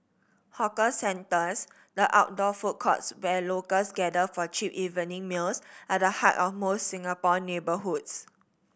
hawker centres the outdoor food courts where locals gather for cheap evening meals are the heart of most Singapore neighbourhoods